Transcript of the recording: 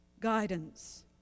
guidance